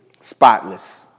spotless